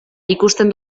ikusten